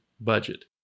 budget